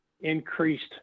increased